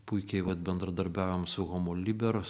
puikiai vat bendradarbiavom su homolibers